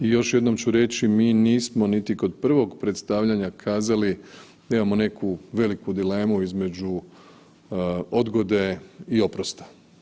I još jednom ću reći mi nismo niti kod prvog predstavljanja kazali da imamo neku veliku dilemu između odgode i oprosta.